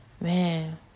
man